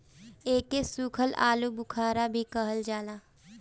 एके सुखल आलूबुखारा भी कहल जाला